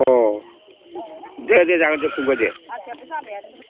अह दे दे जागोन दे फंबाय दे